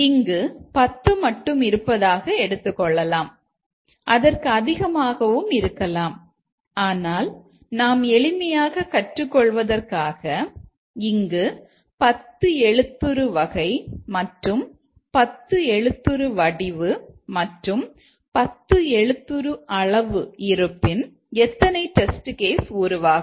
இங்கு 10 மட்டும் இருப்பதாக எடுத்துக் கொள்ளலாம் அதற்கு அதிகமாகவும் இருக்கலாம் ஆனால் நாம் எளிமையாக கற்றுக் கொள்வதற்காக இங்கு 10 எழுத்துரு வகை மற்றும் 10 எழுத்துரு வடிவு மற்றும் 10 எழுத்துரு அளவு இருப்பின் எத்தனை டெஸ்ட் கேஸ் உருவாகும்